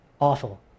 awful